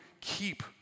keep